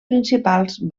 principals